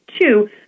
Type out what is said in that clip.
two